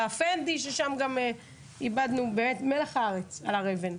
ב-"האפנדי" ששם איבדנו את מלח הארץ הר-אבן.